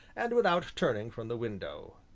and without turning from the window